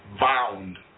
bound